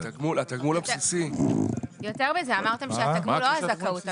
יותר מזה, אמרתם שהתגמול, לא הזכאות הנוספת,